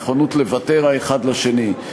הנכונות לוותר האחד לשני,